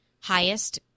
highest